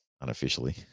unofficially